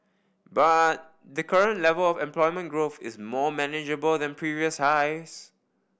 but the current level of employment growth is more manageable than previous highs